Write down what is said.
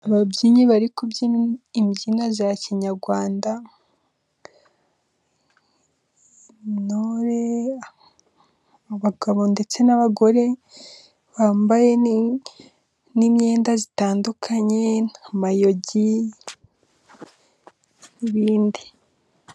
Ababyinnyi bari kubyina imbyino za kinyarwanda intore, abagabo ndetse n'abagore bambaye n'imyenda itandukanye nka mayugi n'ibindi.